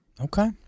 Okay